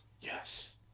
Yes